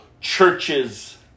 churches